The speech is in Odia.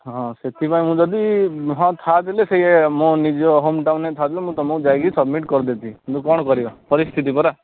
ହଁ ସେଥିପାଇଁ ମୁଁ ଯଦି ହଁ ସେଇ ମୋ ନିଜ ହୋମ୍ ଟାଉନ୍ରେ ଥାଆନ୍ତି ହେଲେ ତମକୁ ଯାଇକି ସବମିଟ୍ କରିଦେଇଥି କିନ୍ତୁ କ'ଣ କରିବା ପରିସ୍ଥିତି ପରା